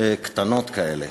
קטנות כאלה?